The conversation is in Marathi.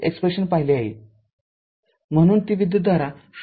म्हणून ती विद्युतधारा ०